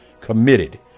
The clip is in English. committed